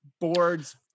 boards